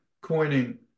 coining